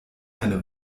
eine